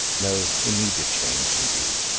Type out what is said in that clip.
no immediate change indeed,